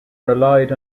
relied